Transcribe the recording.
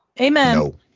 Amen